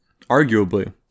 Arguably